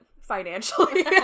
financially